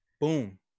Boom